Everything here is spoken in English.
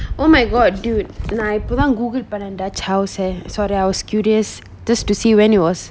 oh my god dude நா இப்ப தான்:na ippa than goole பண்ணன்:pannan dutch house eh sorry I was curious to see when it was